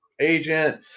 agent